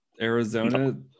Arizona